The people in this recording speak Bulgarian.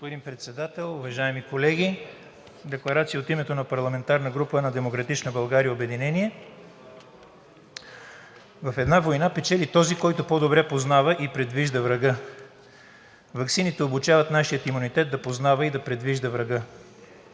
Уважаеми господин Председател, уважаеми колеги! „Декларация от името на парламентарната група на „Демократична България – Обединение“ В една война печели този, който по-добре познава и предвижда врага. Ваксините обучават нашия имунитет да познава и да предвижда врага.